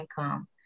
income